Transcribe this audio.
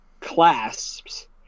clasps